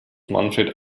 manfred